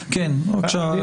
בבקשה,